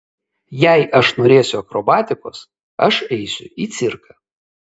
jeigu aš norėsiu akrobatikos aš eisiu į cirką